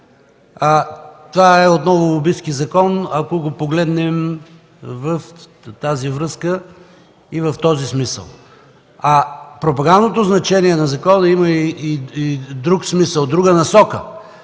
Това е отново лобистки закон, ако го погледнем в тази връзка и в този смисъл. Пропагандното значение на закона има и друг смисъл, друга насока